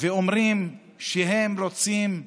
ואומרים שהם רוצים כלים.